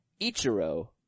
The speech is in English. Ichiro